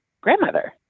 grandmother